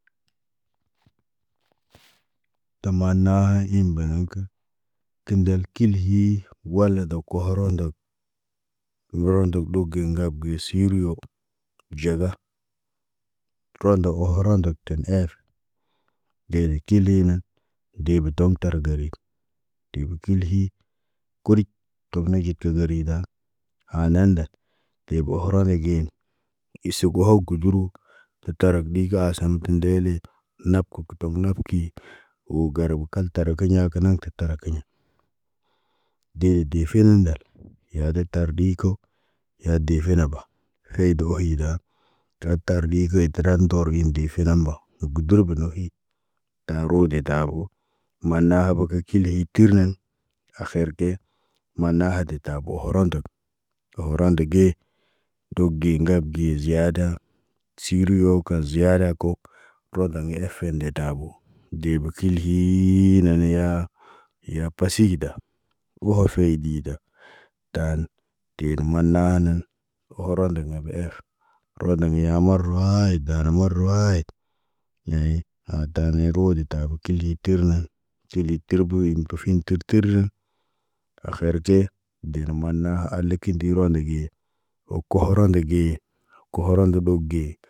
Tamana iŋg balaŋg kə. Təndəl kilihi, wala do kohoro ndɔk. Wəra ndo ɗob ge ŋgab ge siriyo ɟaga. Roondo oho roondo tən ef. ɟeri kili nen, deb toŋg tar gerit. Deb kil hi, kuric, tog ne ɟe təgəri da. Haa nandal, deb oho rona ge. Isogo hok guduru, tə tarak ɗi ka asən ti ndele. Nab ko kə nab ki kiʄ. Wo garbo kal tarakiɲa, kənaŋg kə tarakiɲa. Dee de fendal, yaadə tar ɗii ko. Yaa de feneba. Kheydo iida, təraɗ tarɗi ka i tirar ndor in defe na mbo. Gudur gono iit, taaro de tabo. Maana habo kə kili tirnin. Akher ke, maana hade tabo horondək, horondo ge. Ɗuk ge, ŋgab ge ziyada, siriyo ka ziyada ko. Rodaŋg ge efen de tabo. Debe kilhii naneyaa, ya pasiɟda. Oho fey dida, taan, te manaanən, ohoro ndəgən bə ef. Rood na ya marawaayit da dana marawaayit. Yaye, a daano roode ta tabo kili tirnən. Kili tirbu in pufin tə tərdə, akher ce, dene mana aleki kinder ronde ge. Wo koho roonde ge, koho ronde ɓɔk ge.